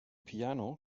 piano